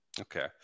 Okay